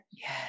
yes